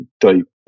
type